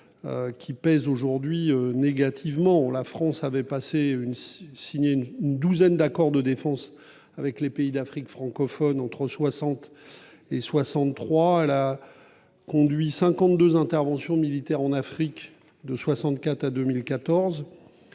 héritage lourd à porter. Elle a signé une douzaine d'accords de défense avec les pays d'Afrique francophone entre 1960 et 1963 et a conduit 52 interventions militaires en Afrique de 1964 à 2014.